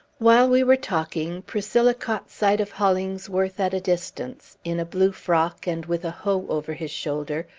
while we were talking, priscilla caught sight of hollingsworth at a distance, in a blue frock, and with a hoe over his shoulder,